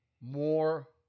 more